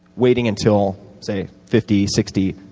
waiting until say fifty, sixty,